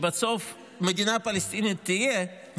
בסוף מדינה פלסטינית תהיה,